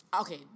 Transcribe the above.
Okay